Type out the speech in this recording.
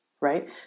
right